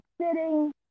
sitting